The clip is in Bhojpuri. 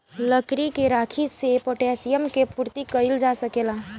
लकड़ी के राखी से पोटैशियम के पूर्ति कइल जा सकेला